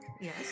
Yes